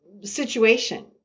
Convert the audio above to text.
situation